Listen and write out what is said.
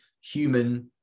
human